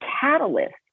catalyst